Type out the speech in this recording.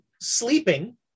sleeping